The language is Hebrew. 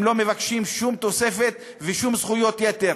הם לא מבקשים שום תוספת ושום זכויות יתר.